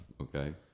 Okay